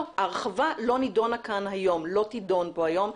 ההרחבה לא תידון פה היום.